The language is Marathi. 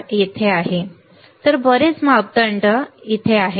तर तेथे बरेच मापदंड आहेत